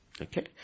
Okay